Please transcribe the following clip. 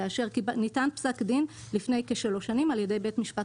כאשר ניתן פסק דין לפני כשלוש שנים על ידי בית המשפט